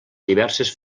diverses